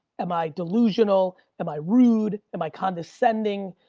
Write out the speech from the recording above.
am i delusional? am i rude, am i condescending?